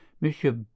monsieur